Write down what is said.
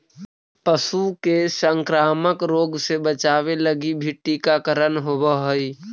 पशु के संक्रामक रोग से बचावे लगी भी टीकाकरण होवऽ हइ